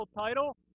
title